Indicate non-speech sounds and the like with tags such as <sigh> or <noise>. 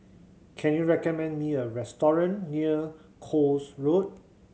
can you recommend me a restaurant near Koek <unintelligible> Road